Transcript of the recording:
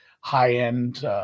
high-end